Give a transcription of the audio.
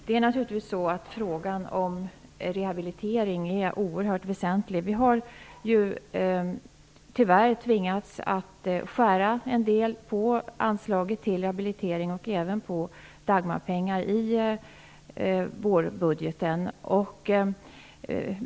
Fru talman! Frågan om rehabilitering är naturligtvis oerhört väsentlig. Vi har tyvärr tvingats att skära en del i anslaget till rehabilitering och även i Dagmarpengarna i vårbudgeten.